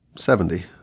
Seventy